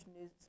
news